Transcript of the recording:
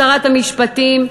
שרת המשפטים,